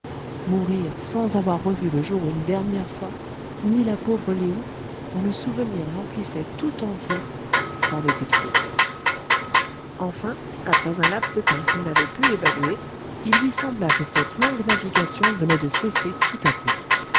mourir sans avoir revu le jour une dernière fois ni la pauvre lé ou dont le souvenir l'emplissait tout entier c'en était trop enfin après un laps de temps qu'il n'avait pu évaluer il lui sembla que cette longue navigation venait de cesser tout à coup